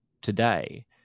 today